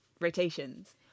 rotations